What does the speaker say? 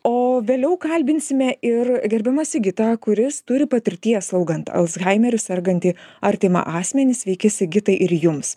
o vėliau kalbinsime ir gerbiamą sigitą kuris turi patirties slaugant alzhaimeriu sergantį artimą asmenį sveiki sigitai ir jums